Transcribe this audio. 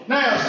Now